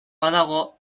badago